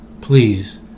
Please